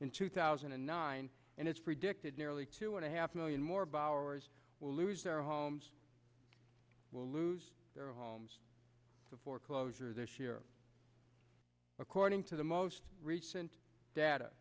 in two thousand and nine and it's predicted nearly two and a half million more bauers will lose their homes will lose their homes to foreclosure this year according to the most recent data